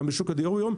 גם בשוק הדיור היום.